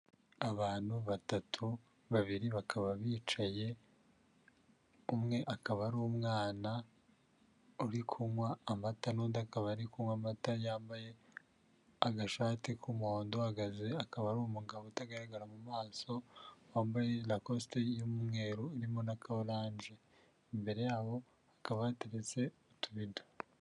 Abantu batatu babiri bakaba bicaye, umwe akaba ari umwana uri kunywa amata n'undi akaba ari kunywa amata yambaye agashati k'umuhondo, uhagaze akaba ari umugabo utagaragara mu maso, wambaye rakosita y'umweru irimo n'akaworanje, imbere yabo hakaba hateretse utubido.